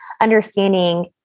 understanding